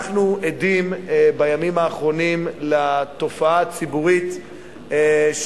אנחנו עדים בימים האחרונים לתופעה של תגובת